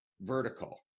vertical